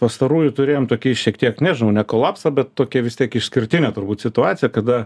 pastarųjų turėjom tokį šiek tiek nežinau ne kolapsą bet tokią vis tiek išskirtinę turbūt situaciją kada